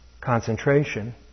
concentration